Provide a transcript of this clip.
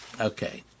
Okay